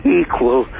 equal